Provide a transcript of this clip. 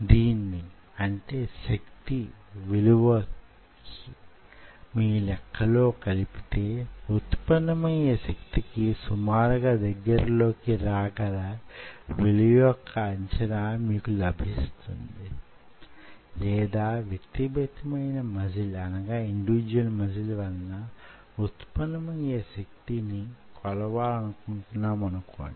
దీన్ని అంటే శక్తి విలువకి మీ లెక్కలో కలిపితే వుత్పన్న మయే శక్తికి సుమారుగా దగ్గరలో కి రాగల విలువ యొక్క అంచనా మీకు లభిస్తుంది లేదా వ్యక్తిగతమైన మజిల్ వలన ఉత్పన్నమయ్యే శక్తి ని కొలవాలనుకుంటామనుకొండి